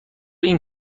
این